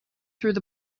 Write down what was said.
through